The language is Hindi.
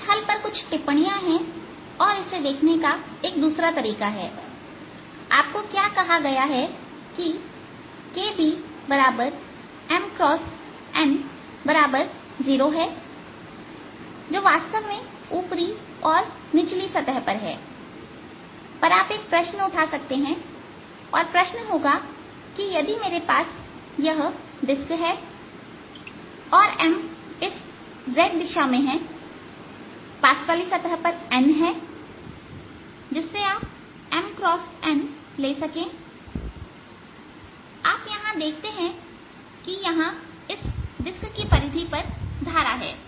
इस हल पर कुछ टिप्पणियां है और इसे देखने का एक दूसरा तरीका है आपको क्या कहा गया कि kbM x n0 है जो वास्तव में ऊपरी और निचली सतह पर है पर आप एक प्रश्न उठा सकते हैं और प्रश्न होगा कि यदि मेरे पास यह डिस्क है और M इस z दिशा में है पास वाली सतह पर n है जिससे आप M x n ले सकें आप देखते हैं कि यहां इस डिस्क की परिधि पर धारा है